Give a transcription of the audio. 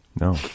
No